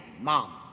Mom